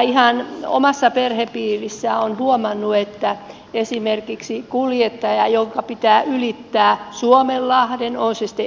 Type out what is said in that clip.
ihan omassa perhepiirissä olen huomannut että esimerkiksi jos kuljettajan pitää ylittää suomenlahti